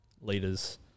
leaders